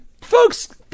folks